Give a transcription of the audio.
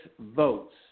votes